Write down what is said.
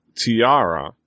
Tiara